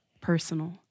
personal